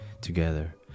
together